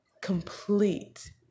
complete